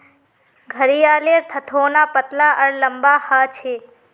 घड़ियालेर थथोना पतला आर लंबा ह छे